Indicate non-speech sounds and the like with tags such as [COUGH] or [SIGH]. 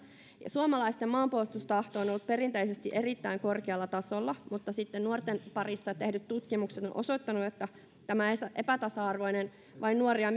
suomalaisten maanpuolustustahto on ollut perinteisesti erittäin korkealla tasolla mutta nuorten parissa tehdyt tutkimukset ovat osoittaneet että tämä epätasa arvoinen vain nuoria [UNINTELLIGIBLE]